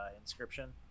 Inscription